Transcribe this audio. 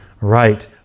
right